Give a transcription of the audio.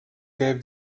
gave